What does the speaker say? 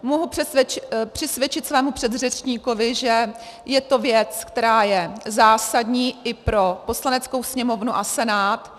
Mohu přisvědčit svému předřečníkovi, že je to věc, která je zásadní i pro Poslaneckou sněmovnu a Senát.